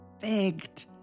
begged